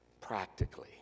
practically